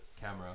camera